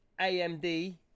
AMD